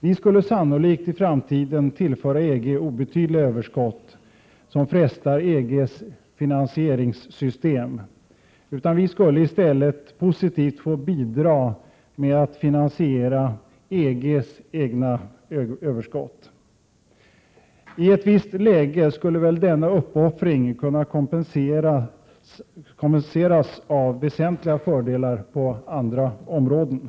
Vi skulle sannolikt i framtiden tillföra EG obetydliga överskott som frestar EG:s finansieringssystem och skulle i stället positivt få bidra till att finansiera EG:s egna överskott. I ett visst läge skulle väl denna uppoffring kunna kompenseras av väsentliga fördelar på andra områden.